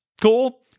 Cool